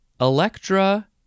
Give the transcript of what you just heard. Electra